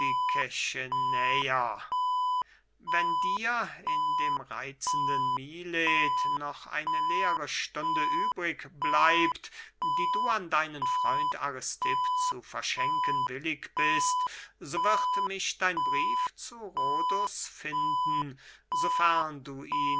kechenäer wenn dir in dem reitzenden milet noch eine leere stunde übrig bleibt die du an deinen freund aristipp zu verschenken willig bist so wird mich dein brief zu rhodus finden sofern du